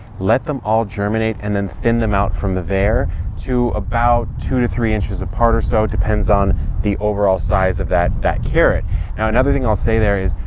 let them all germinate and then thin them out from there to about two to three inches apart or so. depends on the overall size of that that carrot. now another thing i'll say there is,